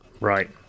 right